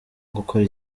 gukora